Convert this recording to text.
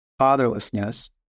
fatherlessness